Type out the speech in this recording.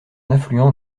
affluent